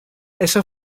esa